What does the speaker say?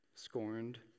scorned